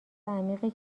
عمیقی